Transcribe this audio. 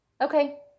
Okay